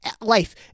life